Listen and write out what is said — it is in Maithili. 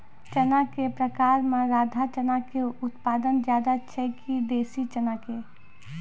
चना के प्रकार मे राधा चना के उत्पादन ज्यादा छै कि देसी चना के?